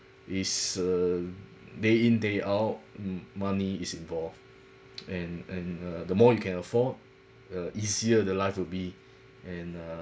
is uh day in day out m~ money is involved and and uh the more you can afford uh easier the life would be and uh